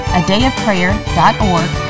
adayofprayer.org